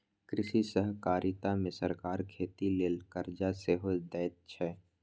कृषि सहकारिता मे सरकार खेती लेल करजा सेहो दैत छै